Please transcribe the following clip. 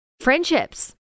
friendships